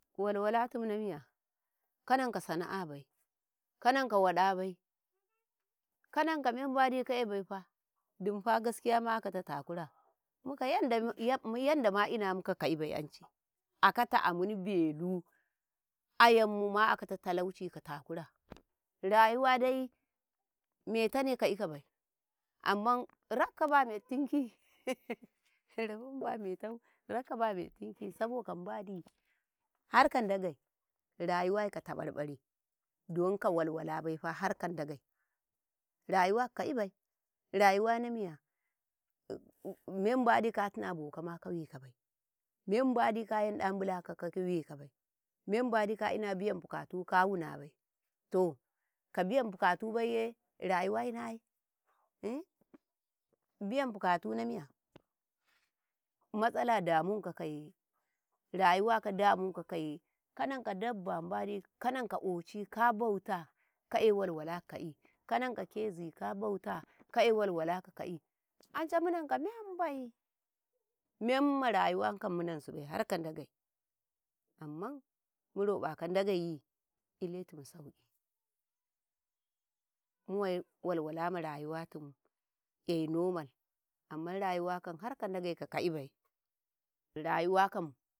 ﻿Walwatin na miya kanaka sana'abai, kananka waɗabai kananka mbadi ka'e baifa, dimfa gaskiya ma'akata takura, muka yadata ma'ina mukakaiba, akata amun belu ayamma akata talauci ka takura rayuwa dai metane ka'ikabai amman rakka ba metinki rabo mba metau rakaba metinki saboka mbadin harka Ndagei, rayuwarka tabar-bare donka walwalabaifa harka Ndage, rayuwaka kai bai, rayuwa na miya me mbandi ka tuna abokama kawe kabai, me mbadi ka yanɗa a mlaka kawekabai, me mbaɗi ka'ina bayan bukatu kawunabai to ka biyan bukutubaiye rayuwai naye bayan bukatu na miya matsala domin kakaye rayuwaka domin kakaye kanika daba mbadi kanaka oci ka bauta, ka'e walwala kaka kanaka ke zikabauta kai walwala ka kaki ance munanka membai menma rayuwa kam munasibai harka Ndagei amma muraɓaka Ndageiyi iletum sauki muwei walwalama rayuwakam enormal amma rayuwa kam har ka nabe ka ibai rayuwa kam.